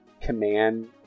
command